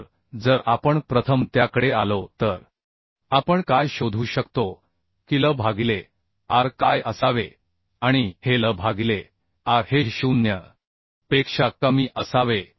तर जर आपण प्रथम त्याकडे आलो तर आपण काय शोधू शकतो की L भागिले R काय असावे आणि हे L भागिले R हे 0 पेक्षा कमी असावे